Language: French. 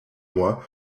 moi